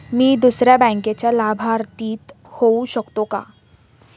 मी दुसऱ्या बँकेचा लाभार्थी होऊ शकतो का?